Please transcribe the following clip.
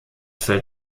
fällt